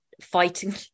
fighting